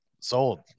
Sold